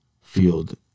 field